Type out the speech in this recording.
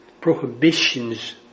prohibitions